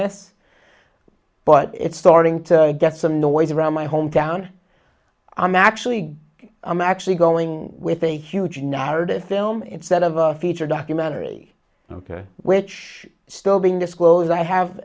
this but it's starting to get some noise around my hometown i'm actually i'm actually going with a huge narrative film instead of a feature documentary ok which still being this close i have